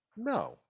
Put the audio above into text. no